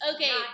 Okay